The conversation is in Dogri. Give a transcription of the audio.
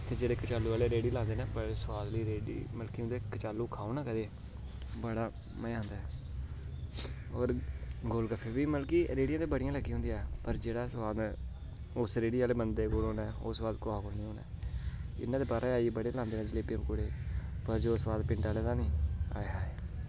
ते जेह्ड़े कचालु आह्ली रेह्ड़ी लांदे न मतलब बड़ी सोआदली रेह्ड़ी मतलब कि तुस अगर उं'दे कचालु खाओ ना कदें बड़ा मजा आंदा ऐ होर गोल गफ्पे बी मतलब कि रेह्ड़ियां बड़ियां लग्गी दियां होंदियां जेह्ड़ा सोआद उस रेह्ड़ी आह्ले बंदे कोल औना ऐ ओह् कुसै निं होना ऐ इ'यां बाह्रा बड़े लांदे जलेबियां पकौड़े पर जेह्ड़ा सोआद उं'दा नी आय हाय